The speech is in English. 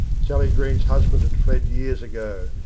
sally green's husband had fled years ago,